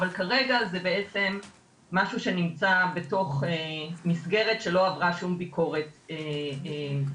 אבל כרגע זה בעצם משהו שנמצא בתוך מסגרת שלא עברה שום ביקורת פרלמנטרית.